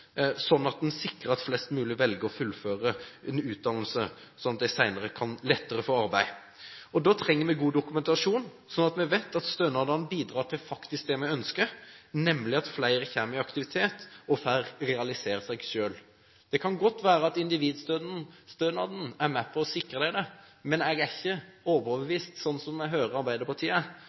sånn at den sikrer at flest mulig velger å fullføre utdannelse, slik at man senere lettere kan få arbeid. Da trenger vi god dokumentasjon, sånn at vi vet at stønadene faktisk bidrar til det vi ønsker, nemlig at flere kommer i aktivitet og får realisert seg selv. Det kan godt være at individstønaden er med på å sikre det, men jeg er ikke overbevist – sånn jeg hører Arbeiderpartiet.